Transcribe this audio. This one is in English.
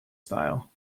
style